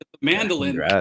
mandolin